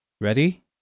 Ready